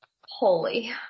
holy